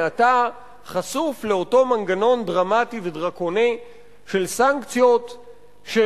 מעתה חשוף לאותו מנגנון דרמטי ודרקוני של סנקציות של